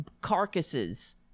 carcasses